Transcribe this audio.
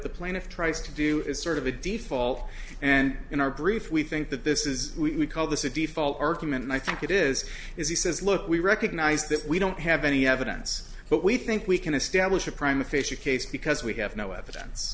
the plaintiff tries to do is sort of a default and in our grief we think that this is we call this a default argument and i think it is if he says look we recognize that we don't have any evidence but we think we can establish a prime official case because we have no evidence